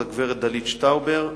הגברת דלית שטאובר,